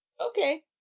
okay